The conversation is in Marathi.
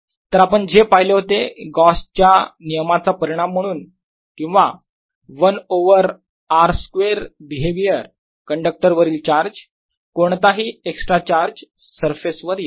तर आपण जे पाहिले होते गॉसच्या नियमा Gausss law चा परिणाम म्हणून किंवा 1 over r square behaviour conductor वरील चार्ज कोणताही एक्स्ट्रा चार्ज सरफेस वर येतो